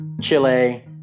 Chile